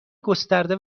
گسترده